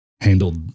handled